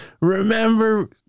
remember